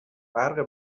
فرق